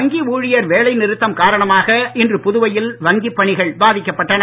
வங்கி ஊழியர் வேலைநிறுத்தம் காரணமாக இன்று புதுச்சேரியில் வங்கிப் பணிகள் பாதிக்கப்பட்டன